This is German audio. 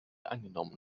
angenommen